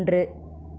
ஒன்று